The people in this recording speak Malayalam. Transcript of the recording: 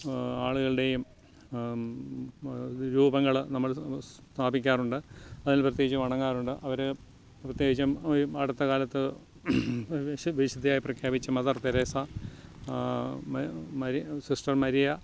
ആളുകടെയും രൂപങ്ങളൾ നമ്മൾ സ്ഥാപിക്കാറുണ്ട് അതിൽ പ്രത്യേകിച്ച് വണങ്ങാറുണ്ട് അവർ പ്രത്യേകിച്ചും ഈ അടുത്തകാലത്ത് വിശുദ്ധയായി പ്രഖ്യാപിച്ച മതർ തെരേസ സിസ്റ്റർ മരിയ